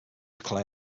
clay